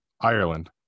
ireland